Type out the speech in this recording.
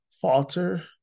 falter